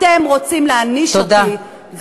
אתם רוצים להעניש אותי,